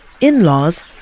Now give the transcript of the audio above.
in-laws